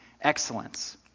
excellence